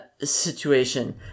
situation